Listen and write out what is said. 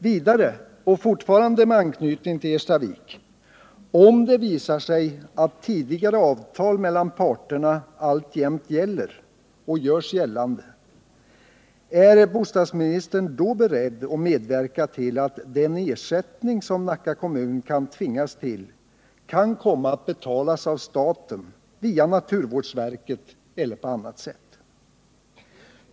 Vidare — och fortfarande med anknytning till Erstavik — om det visar sig att tidigare avtal mellan parterna alltjämt gäller och görs gällande, är bostadsministern då beredd att medverka till att den ersättning som Nacka kommun kan tvingas till kan komma att betalas av staten via naturvårdsverket eller på annat sätt?